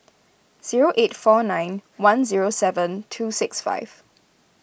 zeo eight four nine one zero seven two six five